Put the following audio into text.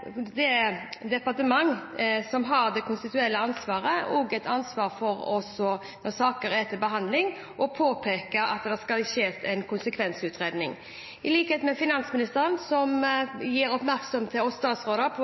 ansvaret, ansvar for, når saker er til behandling, å påpeke at det skal gjøres en konsekvensutredning. I likhet med finansministeren som gjør oss statsråder oppmerksom